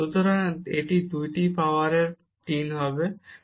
সুতরাং এটি 2 এর দ্বারা পাউয়ার 3